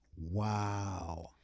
Wow